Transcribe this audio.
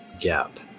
gap